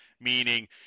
meaning